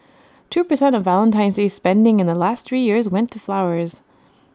two per cent of Valentine's day spending in the last three years went to flowers